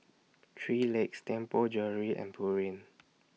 three Legs Tianpo Jewellery and Pureen